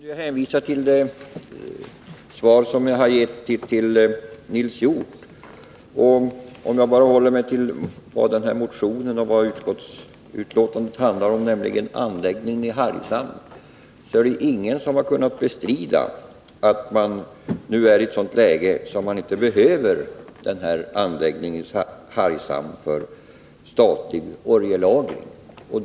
Fru talman! Jag kan hänvisa till det svar som jag har gett till Nils Hjorth. Om jag håller mig bara till vad motionen och utskottsbetänkandet handlar om, nämligen en anläggning i Hargshamn, finner jag att ingen har kunnat bestrida att man nu är i ett läge där man inte behöver en sådan anläggning för statlig oljelagring.